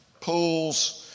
pools